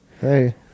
Hey